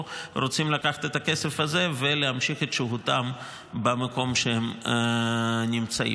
או שרוצים לקחת את הכסף הזה ולהמשיך את שהותם במקום שבו הם נמצאים.